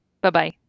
Bye-bye